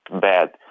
bad